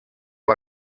war